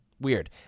weird